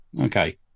Okay